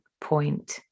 point